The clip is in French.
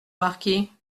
marquis